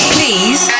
Please